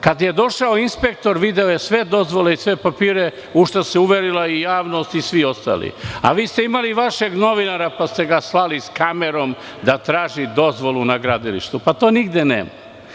Kada je došao inspektor, video je sve dozvole i sve papire, u šta se uverila i javnost i svi ostali, a vi ste imali vašeg novinara, pa ste ga slali sa kamerom da traži dozvolu na tom gradilištu, to nigde nema.